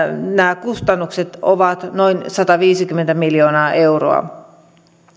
kustannukset ovat noin sataviisikymmentä miljoonaa euroa